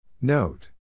Note